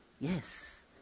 yes